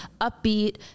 upbeat